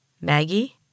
Maggie